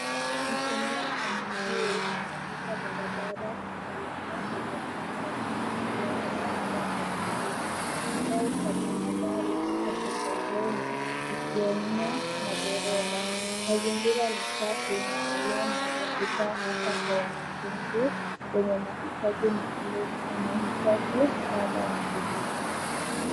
Mtembea kwa miguu amevuka barabara salama kwenye alama ya kuvukia ya watembea kwa miguu. Kibao cha tahadhari kiko pembezoni kikionya madereva. Mazingira ni safi na salama yakifaa hata kwa wanafunzi wenye mahitaji maalum wanaohitaji msaada wa kuvuka.